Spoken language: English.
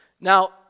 Now